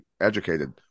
educated